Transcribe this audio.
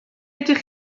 ydych